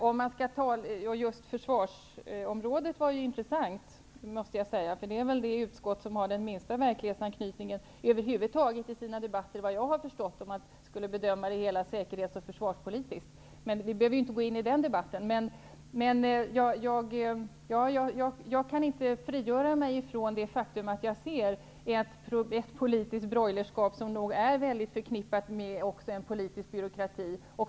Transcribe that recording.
Det var intressant att Lars Leijonborg tog försvarsområdet som exempel. Försvarsutskottet är väl det utskott som, såvitt jag har förstått, har den minsta verklighetsanknytningen i sina debatter, om man ser det ur försvars och säkerhetspolitisk synpunkt. Vi behöver nu inte gå in i den debatten, men jag kan inte frigöra mig från det faktum att broilerproblemet är förknippat med den politiska byrkratin.